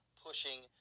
pushing